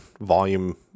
volume